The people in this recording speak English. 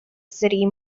city